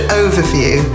overview